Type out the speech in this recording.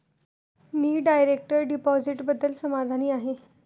मी direct डिपॉझिटबद्दल समाधानी आहे